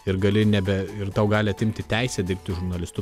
ir gali nebe ir tau gali atimti teisę dirbti žurnalistu